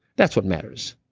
that's what matters.